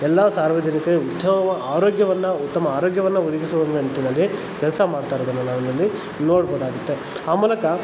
ಎಲ್ಲ ಸಾರ್ವಜನಿಕ ಉತ್ತಮವ ಆರೋಗ್ಯವನ್ನು ಉತ್ತಮ ಆರೋಗ್ಯವನ್ನು ಒದಗಿಸುವ ನಿಟ್ಟಿನಲ್ಲಿ ಕೆಲಸ ಮಾಡ್ತಾಯಿರೋದನ್ನು ನಾವಿಲ್ಲಿ ನೋಡ್ಬೋದಾಗಿತ್ತು ಆ ಮೂಲಕ